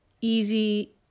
easy